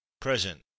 present